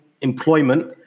employment